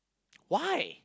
why